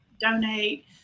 donate